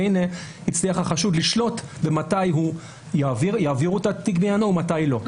והינה הצליח החשוד לשלוט מתי יעבירו את התיק בעניינו ומתי לא.